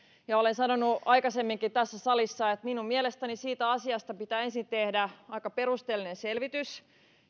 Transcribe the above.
olen sanonut aikaisemminkin tässä salissa että minun mielestäni siitä asiasta pitää ensin tehdä aika perusteellinen selvitys